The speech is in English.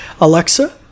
Alexa